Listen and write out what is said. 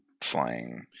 slang